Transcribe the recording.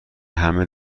همه